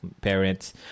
parents